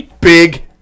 Big